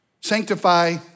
Sanctify